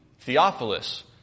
Theophilus